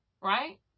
Right